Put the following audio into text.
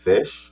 Fish